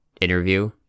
interview